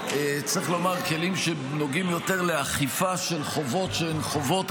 כלים שנוגעים יותר לאכיפה של חובות שהן חובות,